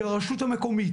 של הרשות המקומית.